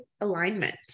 alignment